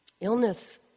illness